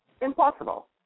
impossible